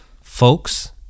folks